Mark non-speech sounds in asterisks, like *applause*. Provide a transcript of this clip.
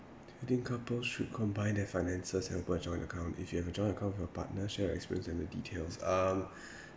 do you think couples should combine their finances and open a joint account if you have a joint account for your partner share your experience and the details um *breath*